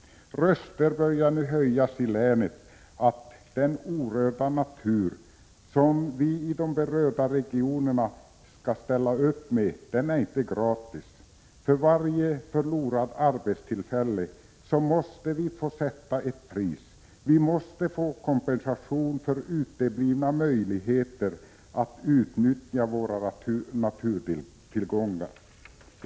Röster börjar nu höjas i länet om att den orörda natur som vi i de berörda regionerna skall ställa upp med inte är gratis. För varje förlorat arbetstillfälle måste vi få sätta ett pris. Vi måste få kompensation för uteblivna möjligheter att utnyttja våra naturtillgångar.